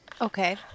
Okay